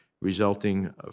resulting